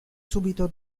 subito